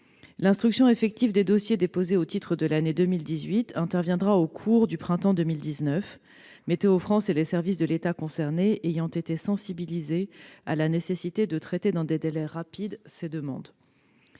L'instruction effective des dossiers déposés au titre de l'année 2018 interviendra au cours du printemps 2019, Météo-France et les services de l'État concernés ayant été sensibilisés à la nécessité de traiter ces demandes dans des délais